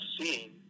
seen